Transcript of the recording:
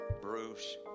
Bruce